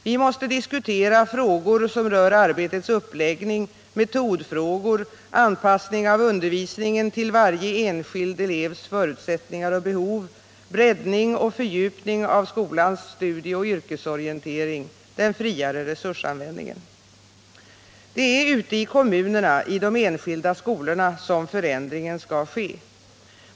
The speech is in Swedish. Vi måste diskutera frågor som rör arbetets uppläggning, metodfrågor, anpassning av undervisningen till varje enskild elevs förutsättningar och behov, breddning och fördjupning av skolans studieoch yrkesorientering, den friare resursanvändningen. Det är ute i kommunerna, i de enskilda skolorna, som förändringen skall ske.